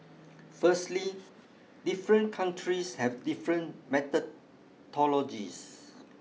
firstly different countries have different methodologies